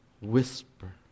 whisper